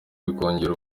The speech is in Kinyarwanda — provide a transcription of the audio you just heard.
bikongera